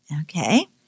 Okay